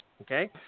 Okay